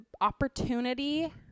opportunity